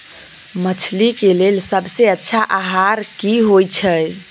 मछली के लेल सबसे अच्छा आहार की होय छै?